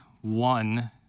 one